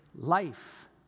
Life